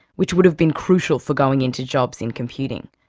which would have been crucial for going into jobs in computing.